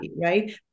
right